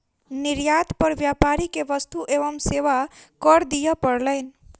निर्यात पर व्यापारी के वस्तु एवं सेवा कर दिअ पड़लैन